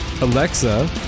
Alexa